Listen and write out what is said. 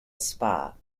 spa